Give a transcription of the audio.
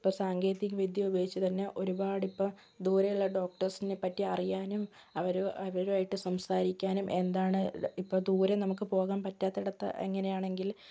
ഇപ്പം സാങ്കേതിക വിദ്യ ഉപയോഗിച്ച് തന്നെ ഒരുപാട് ഇപ്പം ദൂരെയുള്ള ഡോക്ടർസിനെ പറ്റി അറിയാനും അവരു അവരുമായിട്ട് സംസാരിക്കാനും എന്താണ് ഇപ്പം ദൂരെ നമുക്ക് പോകാൻ പറ്റാത്ത ഇടത്ത് എങ്ങനെ ആണെങ്കിൽ